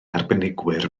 arbenigwyr